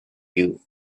you